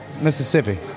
Mississippi